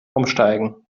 umsteigen